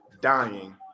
dying